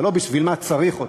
אבל לא בשביל מה צריך אותה.